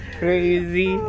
crazy